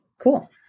cool